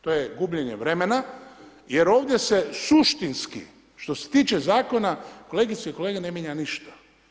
To je gubljenje vremena, jer ovdje se suštinski što se tiče zakona kolegice i kolege ne mijenja ništa.